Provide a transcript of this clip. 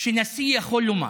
שנשיא יכול לומר,